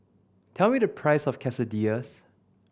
tell me the price of Quesadillas